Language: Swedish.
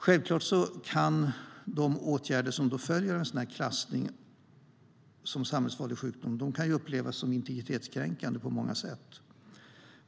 Självklart kan de åtgärder som följer av en sådan klassning som samhällsfarlig sjukdom upplevas som integritetskränkande på många sätt.